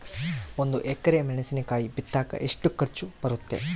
ಒಂದು ಎಕರೆ ಮೆಣಸಿನಕಾಯಿ ಬಿತ್ತಾಕ ಎಷ್ಟು ಖರ್ಚು ಬರುತ್ತೆ?